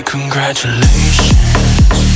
Congratulations